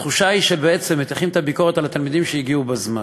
היא שבעצם מטיחים את הביקורת בתלמידים שהגיעו בזמן.